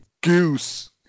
goose